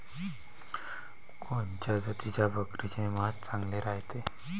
कोनच्या जातीच्या बकरीचे मांस चांगले रायते?